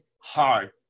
hard